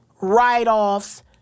write-offs